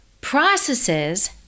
processes